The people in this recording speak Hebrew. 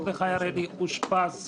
מרדכי הראלי אושפז.